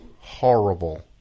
horrible